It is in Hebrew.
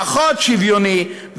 פחות שוויוני,